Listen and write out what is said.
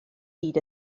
hyd